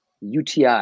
UTI